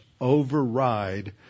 override